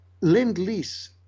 lend-lease